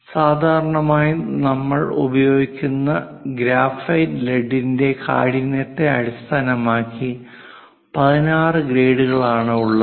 സാധാരണയായി നമ്മൾ ഉപയോഗിക്കുന്ന ഗ്രാഫൈറ്റ് ലെഡ്ഡിന്റെ കാഠിന്യത്തെ അടിസ്ഥാനമാക്കി 16 ഗ്രേഡുകൾ ആണ് ഉള്ളത്